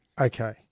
Okay